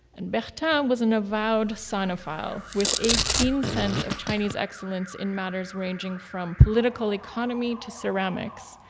and bertin um was an avowed sinophile with a keen sense of chinese excellence in matters ranging from political economy to ceramics.